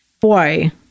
Boy